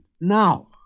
Now